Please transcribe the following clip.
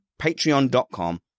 patreon.com